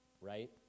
right